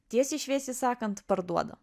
tiesiai šviesiai sakant parduoda